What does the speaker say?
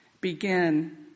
Begin